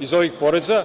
iz ovih poreza.